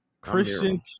Christian